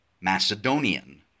Macedonian